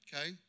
Okay